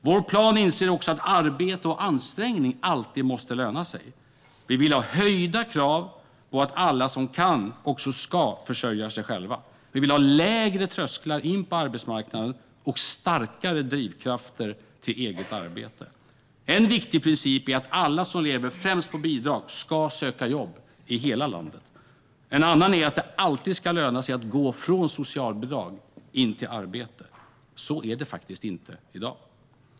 Vår plan bygger på insikten att arbete och ansträngning alltid måste löna sig. Vi vill ha höjda krav på att alla som kan också ska försörja sig själva. Vi vill ha lägre trösklar in på arbetsmarknaden och starkare drivkrafter till eget arbete. En viktig princip är att alla som lever främst på bidrag ska söka jobb i hela landet. En annan är att det alltid ska löna sig att gå från socialbidrag till arbete. Så är det faktiskt inte i dag.